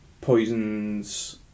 poisons